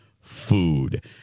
food